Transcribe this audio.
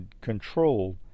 CONTROL